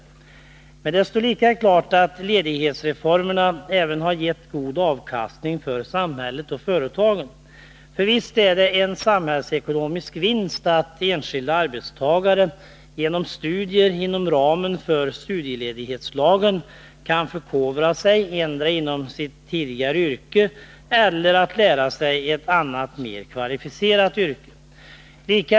Men det står lika klart att ledighetsreformerna har givit god avkastning även för samhället och företagen. För visst är det en samhällsekonomisk vinst att enskilda arbetstagare genom studier inom ramen för studieledighetslagen kan endera förkovra sig inom sitt yrke eller lära sig ett annat, mera kvalificerat yrke.